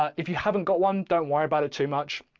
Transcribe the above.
if you haven't got one, don't worry about it too much.